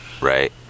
right